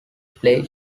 play